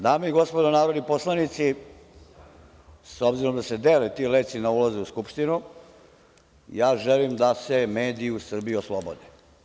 Dame i gospodo narodni poslanici, s obzirom da se dele ti letci na ulazu u Skupštinu, ja želim da se mediji u Srbiji oslobode.